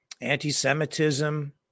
anti-Semitism